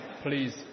please